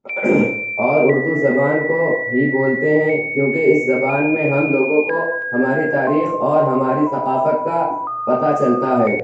اور اُردو زبان کو ہی بولتے ہیں کیوں کہ اِس زبان میں ہم لوگوں کو ہماری تاریخ اور ہماری ثقافت کا پتا چلتا ہے